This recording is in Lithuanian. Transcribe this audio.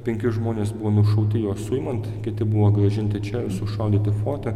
penki žmonės buvo nušauti juos suimant kiti buvo grąžinti čia sušaudyti forte